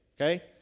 okay